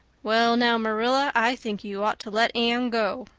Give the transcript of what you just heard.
well now, marilla, i think you ought to let anne go.